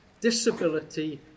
disability